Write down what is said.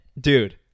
dude